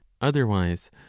otherwise